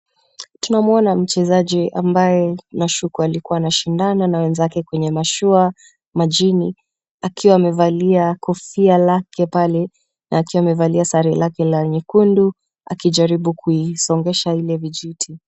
Tunamwona mchezaji ambaye nashuku alikuwa anashindana na wenzake kwenye mashua majini akiwa amevalia kofia yake pale na akiwa amevalia sare yake nyekundu akijaribu kuisongesha ile vijiti.